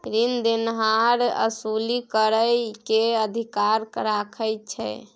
रीन देनहार असूली करइ के अधिकार राखइ छइ